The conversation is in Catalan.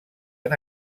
han